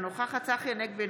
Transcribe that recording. אינה נוכחת צחי הנגבי,